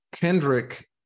Kendrick